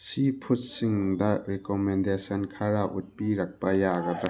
ꯁꯤ ꯐꯨꯗꯁꯤꯡꯗ ꯔꯤꯀꯣꯃꯦꯟꯗꯦꯁꯟ ꯈꯔ ꯎꯠꯄꯤꯔꯛꯄ ꯌꯥꯒꯗ꯭ꯔꯥ